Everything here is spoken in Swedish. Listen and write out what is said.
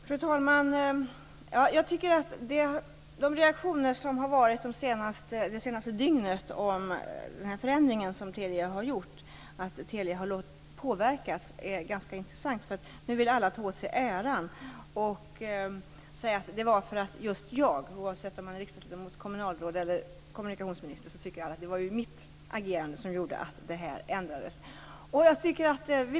Fru talman! Jag tycker att de reaktioner som har varit det senaste dygnet, om den förändring som Telia har gjort och att Telia har påverkats, är ganska intressanta. Nu vill alla ta åt sig äran av detta. Oavsett om man är riksdagsledamot, kommunalråd eller kommunikationsminister tycker alla att det var det egna agerandet som gjorde att detta ändrades.